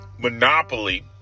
monopoly